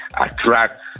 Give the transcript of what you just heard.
attract